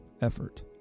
effort